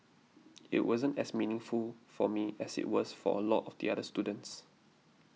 it wasn't as meaningful for me as it was for a lot of the other students